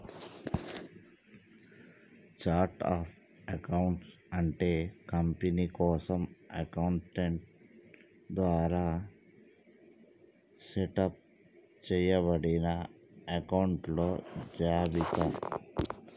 chart of accounts అంటే company కోసం accountant ద్వారా సెటప్ చేయబడిన అకొంట్ల జాబితా